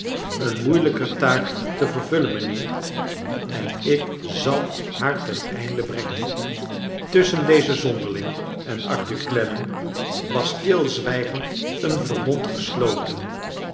een moeilijker taak te vervullen mijnheer en ik zal haar ten einde brengen tusschen dezen zonderling en arthur clennam was stilzwijgend een verbond gesloten